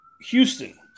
Houston